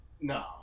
no